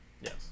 yes